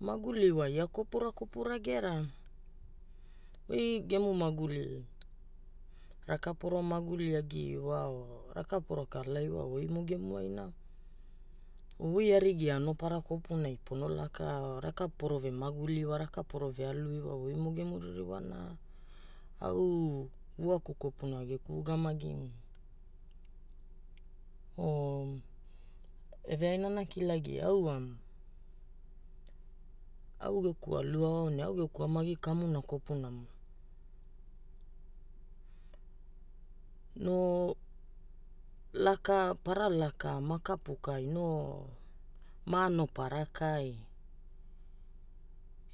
Maguli wa ia kopura kopura gera. Oi gemu maguli raka poro maguli agi iwa o raka poro kala iwa wa oimo gemu ai na oi arigi anopara kopunai pono laka o raka poro ve maguli iwa, raka porove alu iwa wa oimo gemu ririwa. Na au vuaku kopuna geku ugamagi o eveaina ana kilagia wa au geku alu ao aonai, au geku ugamagi kamuna kopunamo no para laka ma kapu kai, no ma anopara ka ai.